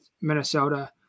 Minnesota